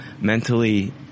mentally